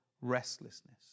restlessness